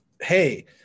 hey